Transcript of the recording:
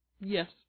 Yes